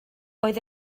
oedd